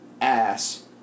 ass